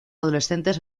adolescentes